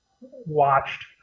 watched